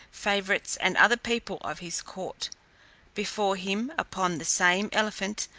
favourites, and other people of his court before him, upon the same elephant,